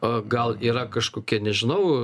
o gal yra kažkokia nežinau